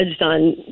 on